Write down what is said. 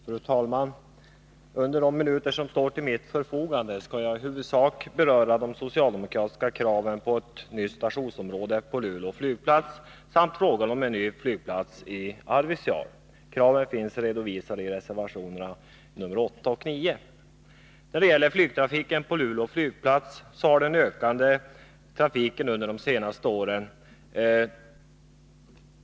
Herr talman! Under de minuter som står till mitt förfogande skall jag i huvudsak beröra de socialdemokratiska kraven på ett nytt stationsområde på Luleå flygplats samt frågan om en ny flygplats i Arvidsjaur. Kraven finns redovisade i reservationerna nr 8 och 9. Flygtrafiken på Luleå flygplats har ökat snabbt under de senaste åren.